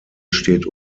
steht